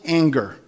anger